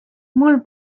mul